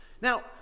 Now